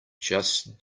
just